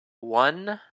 one